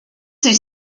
sich